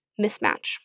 mismatch